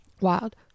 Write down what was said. Wild